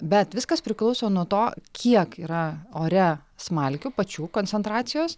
bet viskas priklauso nuo to kiek yra ore smalkių pačių koncentracijos